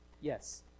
yes